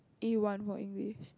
A one for English